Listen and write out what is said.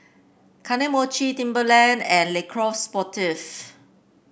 Kane Mochi Timberland and Le Coq Sportif